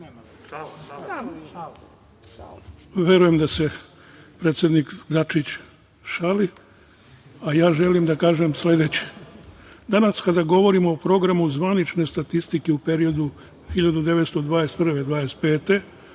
Verujem da se predsednik Dačić šali. Ja želim da kažem sledeće. Danas kada govorimo o programu zvanične statistike u periodu 1921/25,